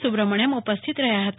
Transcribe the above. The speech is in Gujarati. સુબ્રમણ્યન ઉપસ્થિત રહ્યા હતા